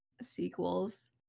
sequels